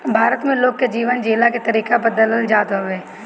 भारत में लोग के जीवन जियला के तरीका बदलत जात हवे